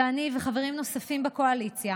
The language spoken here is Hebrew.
שאני וחברים נוספים בקואליציה